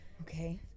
Okay